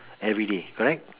everyday correct